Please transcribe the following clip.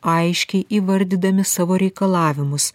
aiškiai įvardydami savo reikalavimus